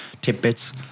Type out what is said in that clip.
tidbits